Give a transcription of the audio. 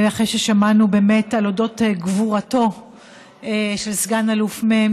אחרי ששמענו על אודות גבורתו של סגן אלוף מ',